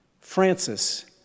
Francis